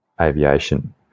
aviation